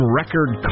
record